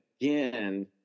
again